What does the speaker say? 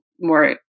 more